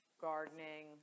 gardening